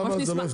למה זה לא יפתור?